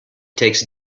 takes